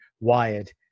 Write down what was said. wired